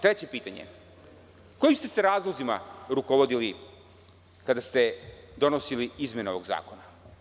Treće pitanje, kojim ste se razlozima rukovodili kada ste donosili izmene ovog zakona?